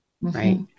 Right